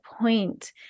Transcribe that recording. point